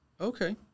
Okay